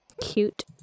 Cute